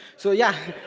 so yeah.